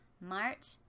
March